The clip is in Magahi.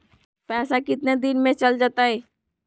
पैसा कितना दिन में चल जतई?